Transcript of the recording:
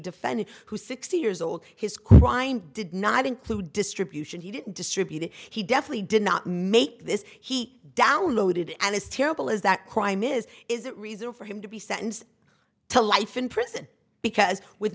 defendant who's sixty years old his crime did not include distribution he didn't distribute it he definitely did not make this he downloaded and as terrible as that crime is is a reason for him to be sentenced to life in prison because with